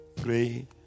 pray